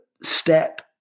step